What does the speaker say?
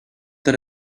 that